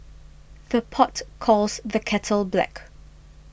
the pot calls the kettle black